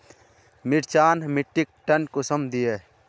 मिर्चान मिट्टीक टन कुंसम दिए?